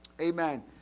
Amen